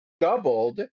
doubled